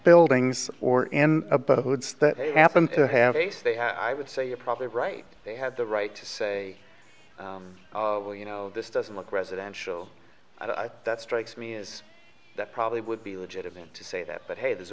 buildings or above goods that they happen to have a say i would say you're probably right they had the right to say well you know this doesn't look residential that strikes me is that probably would be legitimate to say that but hey th